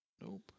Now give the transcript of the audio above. Nope